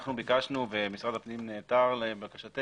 אנחנו ביקשנו, ומשרד הפנים נעתר לבקשתנו,